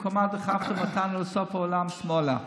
ובמקומה דחפתם אותנו לסוף העולם שמאלה.